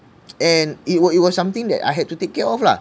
and it was it was something that I had to take care of lah